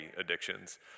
addictions